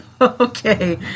Okay